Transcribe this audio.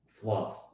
fluff